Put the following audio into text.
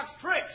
tricks